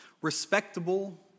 respectable